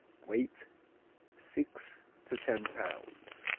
weight six to ten pounds.